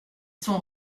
sont